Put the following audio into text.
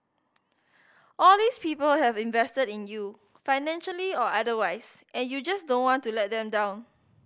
all these people have invested in you financially or otherwise and you just don't want to let them down